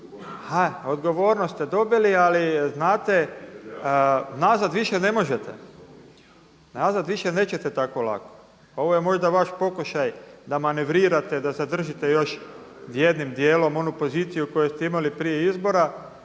dobili. A odgovornost ste dobili, ali znate nazad više ne možete, nazad više nećete tako lako. Ovo je možda vaš pokušaj da manevrirate, da zadržite još jednim dijelom onu poziciju koju ste imali prije izbora.